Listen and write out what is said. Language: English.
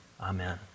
Amen